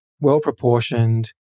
well-proportioned